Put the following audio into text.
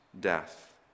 death